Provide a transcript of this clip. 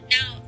Now